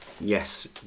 Yes